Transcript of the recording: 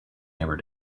never